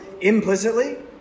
implicitly